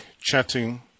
chatting